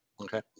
Okay